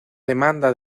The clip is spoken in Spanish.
demanda